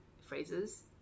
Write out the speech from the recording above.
phrases